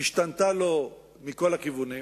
השתנתה לו מכל הכיוונים,